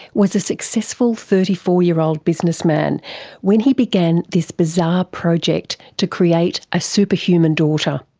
was a successful thirty four year old businessman when he began this bizarre project to create a superhuman daughter.